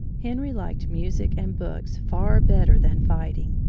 henry liked music and books far better than fighting.